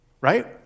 right